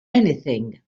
anything